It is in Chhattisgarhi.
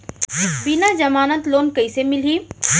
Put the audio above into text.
बिना जमानत लोन कइसे मिलही?